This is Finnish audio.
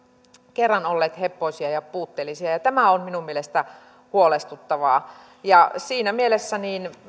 kerran olleet heppoisia ja puutteellisia ja tämä on minun mielestäni huolestuttavaa siinä mielessä